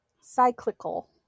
cyclical